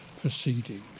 proceedings